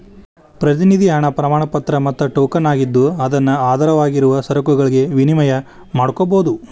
ಪ್ರತಿನಿಧಿ ಹಣ ಪ್ರಮಾಣಪತ್ರ ಮತ್ತ ಟೋಕನ್ ಆಗಿದ್ದು ಅದನ್ನು ಆಧಾರವಾಗಿರುವ ಸರಕುಗಳಿಗೆ ವಿನಿಮಯ ಮಾಡಕೋಬೋದು